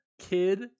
kid